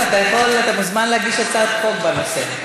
כן, אתה יכול, אתה מוזמן להגיש הצעת חוק בנושא.